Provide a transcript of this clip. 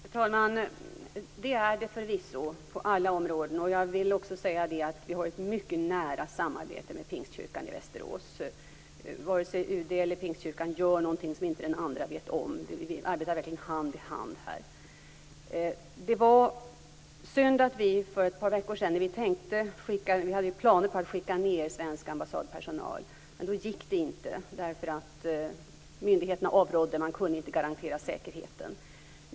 Fru talman! Det gör det förvisso på alla områden. Jag vill också säga att vi har ett mycket nära samarbete med Pingstkyrkan i Västerås. Varken UD eller Pingstkyrkan gör något som den andra inte vet om. Vi arbetar verkligen hand i hand. För ett par veckor sedan hade vi planer på att skicka ned svensk ambassadpersonal, men det gick inte eftersom myndigheterna avrådde. Man kunde inte garantera säkerheten, och det var synd.